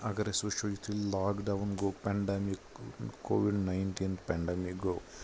اگر أسۍ وُچھو یُتھٕے لاک ڈوُن گوو پیٚنڈمِک کُووِڈ نیِنٹیٖن پیٚنڈمِک گوو